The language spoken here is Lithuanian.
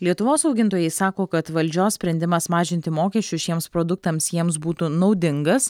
lietuvos augintojai sako kad valdžios sprendimas mažinti mokesčius šiems produktams jiems būtų naudingas